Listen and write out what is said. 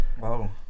Wow